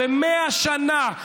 ו-100 שנה,